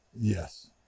Yes